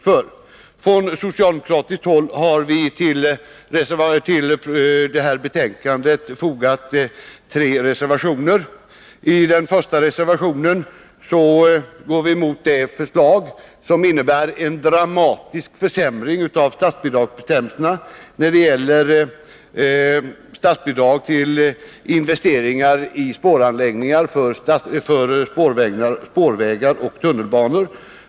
Från socialdemokratiskt håll har vi vid betänkandet fogat tre reservationer. I den första går vi emot det förslag som innebär en dramatisk försämring av bestämmelserna om statsbidrag till investeringar i spåranläggningar för spårvägar och tunnelbanor.